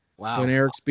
Wow